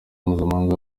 mpuzamahanga